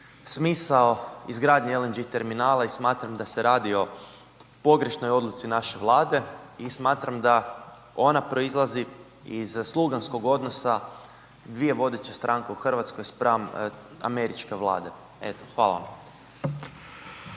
smisao izgradnje LNG terminala i smatram da se radi o pogrešnoj odluci naše Vlade i smatram da ona proizlazi iz sluganskog odnosa dvije vodeće stranke u Hrvatskoj spram američke vlade. Eto, hvala vam.